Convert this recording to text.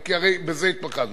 כי הרי בזה התמקדנו.